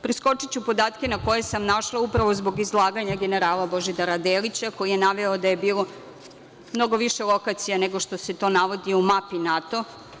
Preskočiću podatke na koje sam naišla upravo zbog izlaganja generala Božidara Delića, koji je naveo da je bilo mnogo više lokacija nego što se to navodi u mapi NATO.